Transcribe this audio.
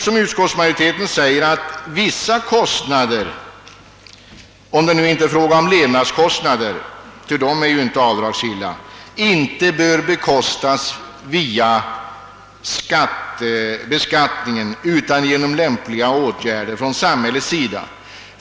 Som utskottsmajoriteten säger är det riktigt att vissa kostnader — om det nu inte är fråga om levnadskostnader, vilka inte är. avdragsgilla — inte "bör betalas via beskattningen utan genom andra lämpliga åtgärder från samhällets sida.